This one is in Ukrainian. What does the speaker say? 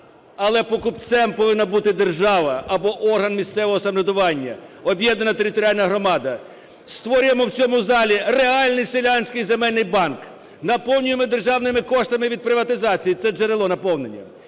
але покупцем повинна бути держава або орган місцевого самоврядування, об'єднана територіальна громада. Створюємо в цьому залі реальний селянський земельний банк, наповнюємо державними коштами від приватизації – це джерело наповнення,